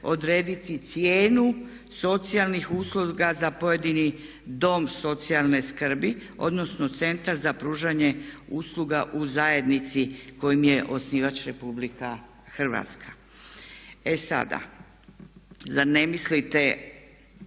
odrediti cijenu socijalnih usluga za pojedini dom socijalne skrbi odnosno centra za pružanje usluga u zajednici kojim je osnivač RH. E sada, zar ne mislite,